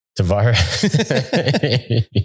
Tavares